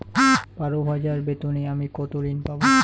বারো হাজার বেতনে আমি কত ঋন পাব?